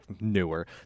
newer